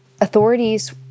Authorities